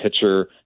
pitcher